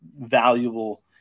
valuable